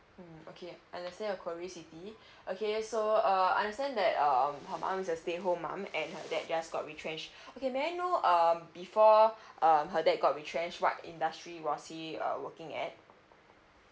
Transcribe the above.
mm okay understand your query siti okay so uh I understand that um her mom is a stay home mom and her dad just got retrenched okay may I know um before um her dad got retrench what industry was he uh working at